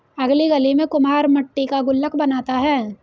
अगली गली में कुम्हार मट्टी का गुल्लक बनाता है